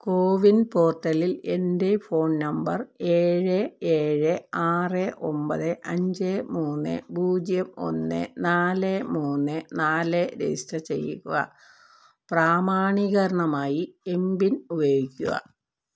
കോവിൻ പോർട്ടലിൽ എന്റെ phone number ഏഴ് ഏഴ് ആറ് ഒമ്പത് അഞ്ച് മൂന്ന് പൂജ്യം ഒന്ന് നാല് മൂന്ന് നാല് രജിസ്റ്റർ ചെയ്യുക പ്രാമാണീകരണമായി എം പിൻ ഉപയോഗിക്കുക